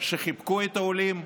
שחיבקו את העולים,